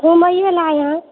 घुमयलऽ आए हैं